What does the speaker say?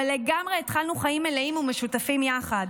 אבל לגמרי התחלנו חיים מלאים ומשותפים יחד.